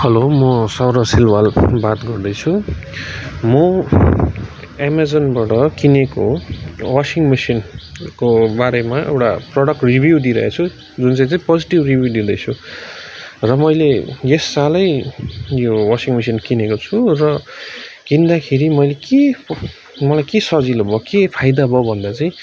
hello म सरोज सिल्वाल बात गर्दैछु म एमाजनबाट किनेको वासिङ मेसिनको बारेमा एउटा प्रडक्ट रिभ्यु दिइरहेछु जुन चाहिँ चाहिँ पोजेटिभ रिभ्यु दिँदैछु र मैले यस सालै यो वासिङ मेसिन किनेको छु र किन्दाखेरि मैले के मलाई के सजिलो भयो के फाइदा भयो भन्दा चाहिँ